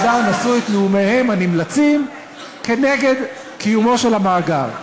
החברים שלכם בוועדה נשאו את נאומיהם הנמלצים כנגד קיומו של המאגר.